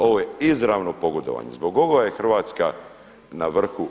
Ovo je izravno pogodovanje, zbog ovoga je Hrvatska na vrhu.